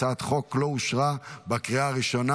התשפ"ד 2024, אושרה בקריאה ראשונה